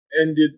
ended